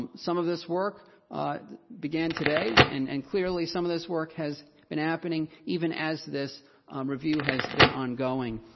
um some of this work began today, and and clearly some of this work has been happening even as this um review has been on-going.